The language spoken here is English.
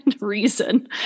reason